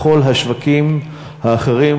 לכל השווקים האחרים.